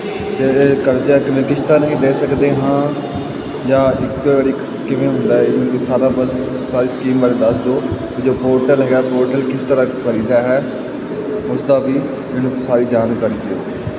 ਅਤੇ ਕਰਜਾ ਕਿਵੇਂ ਕਿਸ਼ਤਾਂ ਰਾਹੀਂ ਦੇ ਸਕਦੇ ਹਾਂ ਜਾਂ ਇੱਕ ਵਾਰੀ ਕ ਕਿਵੇਂ ਹੁੰਦਾ ਇਹਨੂੰ ਸਾਰਾ ਬਸ ਸਾਰੀ ਸਕੀਮ ਬਾਰੇ ਦੱਸ ਦਿਉ ਜੋ ਪੋਰਟਲ ਹੈਗਾ ਪੋਰਟਲ ਕਿਸ ਤਰ੍ਹਾਂ ਭਰੀਦਾ ਹੈ ਉਸ ਦੀ ਵੀ ਮੈਨੂੰ ਸਾਰੀ ਜਾਣਕਾਰੀ ਦਿਓ